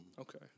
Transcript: Okay